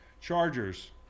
Chargers